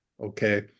okay